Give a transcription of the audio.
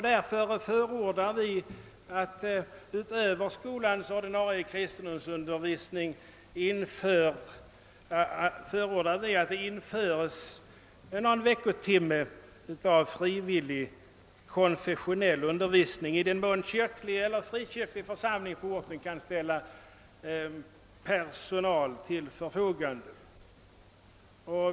Därför förordar vi att det, utöver skolans ordinarie kristendomsundervisning, införes någon veckotimme av frivillig konfessionell undervisning i den mån kyrklig eller frikyrlig församling på orten kan ställa personal till förfogande.